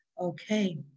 Okay